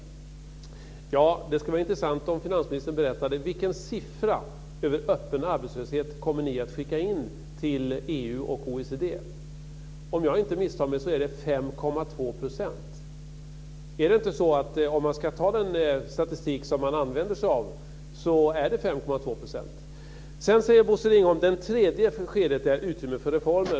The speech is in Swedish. Det skulle vara intressant om finansministern berättade vilken siffra över öppen arbetslöshet som ni kommer att skicka in till EU och OECD. Om jag inte misstar mig är den 5,2 %. Är det inte så, att om man ska ta den statistik som man använder sig av är den Sedan säger Bosse Ringholm att den tredje fasen är utrymme för reformer.